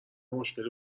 مشکلی